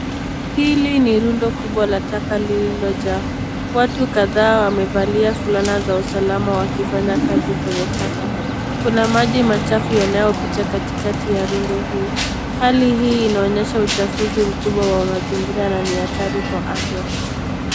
Hili ni rundo kubwa la taka lililo jaa. Watu kadhaa wamevalia fulana za usalama wakifanya kazi kwenye taka. Kuna maji machafu yanayo pita katikati ya rundo hii. Hali hii inaonyesha uchafuzi mkubwa kwa mazingira na ni hatari kwa afya.